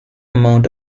amount